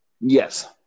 Yes